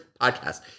podcast